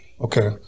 Okay